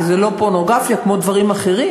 כי זה לא פורנוגרפיה כמו דברים אחרים.